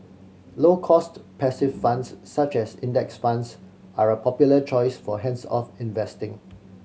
low cost passive funds such as Index Funds are a popular choice for hands off investing